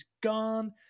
gone